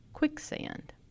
Quicksand